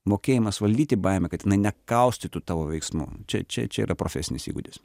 mokėjimas valdyti baimę kad jinai nekaustytų tavo veiksmų čia čia čia yra profesinis įgūdis